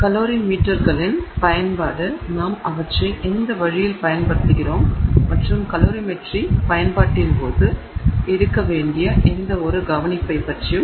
கலோரிமீட்டர்களின் பயன்பாடு நாம் அவற்றை எந்த வழியில் பயன்படுத்துகிறோம் மற்றும் கலோரிமெட்ரி பயன்பாட்டின் போது எடுக்க வேண்டிய எந்தவொரு கவனிப்பும்